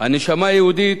הנשמה היהודית,